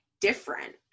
different